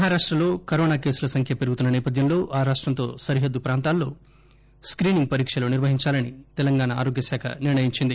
మహారాష్టలో corona కేసుల సంఖ్య పెరుగుతున్న నేపథ్యంలో ఆ రాష్టంతో సరిహద్దు ప్రాంతాల్లో స్కీనింగ్ పరీక్షలు నిర్వహించాలని తెలంగాణ ఆరోగ్య శాఖ నిర్ణయించింది